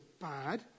bad